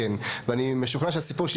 אנחנו מגיעים לפסקה (5) ואני אקריא את מה שכתוב כאן.